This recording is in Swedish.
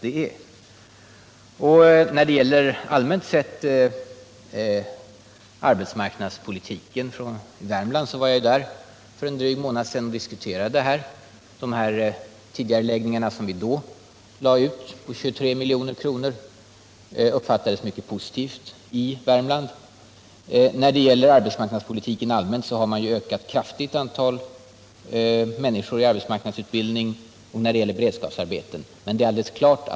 För en dryg månad sedan var jag i Värmland och resonerade om arbetsmarknadspolitiken. De tidigareläggningar på 23 milj.kr. som vi då gjorde uppfattades mycket positivt i Värmland. Antalet människor i arbetsmarknadsutbildning och beredskapsarbeten har ökat mycket kraftigt.